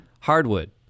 hardwood